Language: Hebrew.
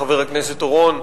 חבר הכנסת אורון,